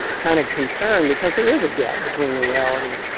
kind of concern because there is a gap between reality